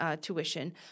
tuition